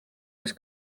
was